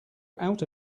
out